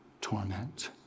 torment